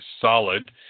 solid